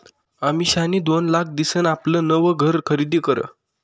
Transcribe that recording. अमिषानी दोन लाख दिसन आपलं नवं घर खरीदी करं